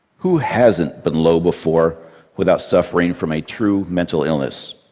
who hasn't been low before without suffering from a true mental illness?